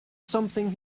something